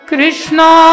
Krishna